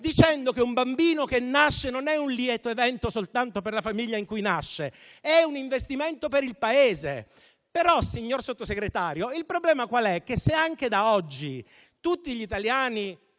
dicendo che un bambino che nasce non è un lieto evento soltanto per la famiglia in cui nasce, ma è un investimento per il Paese. Tuttavia, signor Sottosegretario, il problema qual è? Che se anche tutti gli italiani